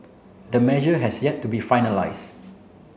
the measure has yet to be finalise